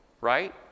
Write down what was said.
right